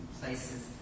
places